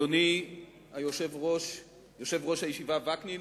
יושב-ראש הישיבה יצחק וקנין,